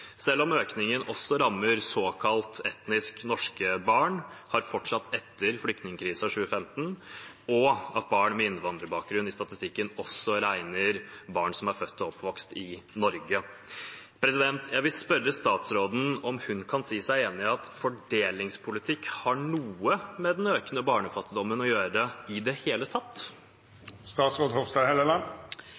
selv om økningen også rammer såkalt etnisk norske barn og har fortsatt etter flyktningkrisen i 2015, og at barn med innvandrerbakgrunn som er født og oppvokst i Norge, også regnes inn i statistikken. Jeg vil spørre statsråden om hun kan si seg enig i at fordelingspolitikk i det hele tatt har noe med den økende barnefattigdommen å gjøre. Vi har jo sett en økning fra 2006, da SV satt i